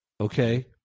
okay